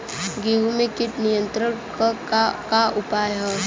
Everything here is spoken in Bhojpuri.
गेहूँ में कीट नियंत्रण क का का उपाय ह?